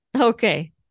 Okay